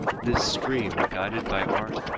this stream, guided by art,